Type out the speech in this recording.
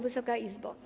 Wysoka Izbo!